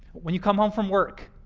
when you come home from work,